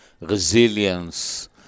resilience